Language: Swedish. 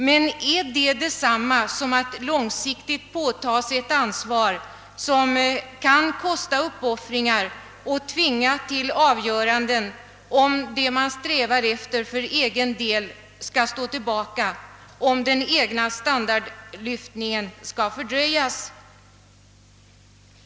Men är detta detsamma som att långsiktigt påtaga sig ett ansvar, som kan kosta uppoffringar och tvinga till avgöranden som medför att det vi strävar till för egen del får stå tillbaka och att den egna standardlyftningen fördröjs?